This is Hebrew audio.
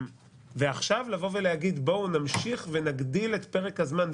ועכשיו לבוא ולהגיד בואו נמשיך ונגדיל את פרק הזמן,